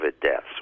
deaths